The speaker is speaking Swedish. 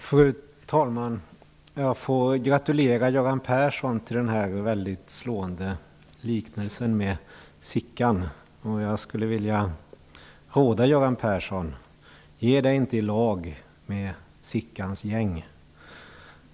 Fru talman! Jag får gratulera Göran Persson till den slående liknelsen med Sickan. Jag skulle vilja råda Göran Persson att inte ge sig i lag med Sickans gäng.